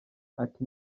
ati